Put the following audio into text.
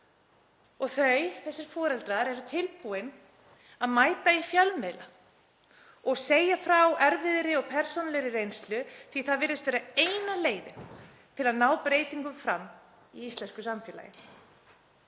Þessir foreldrar eru tilbúnir að mæta í fjölmiðla og segja frá erfiðri og persónulegri reynslu því að það virðist vera eina leiðin til að ná breytingum fram í íslensku samfélagi.